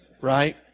Right